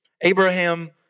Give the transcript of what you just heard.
Abraham